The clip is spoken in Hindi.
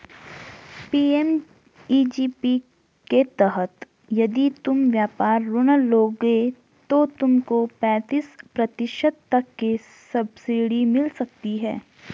पी.एम.ई.जी.पी के तहत यदि तुम व्यापार ऋण लोगे तो तुमको पैंतीस प्रतिशत तक की सब्सिडी मिल सकती है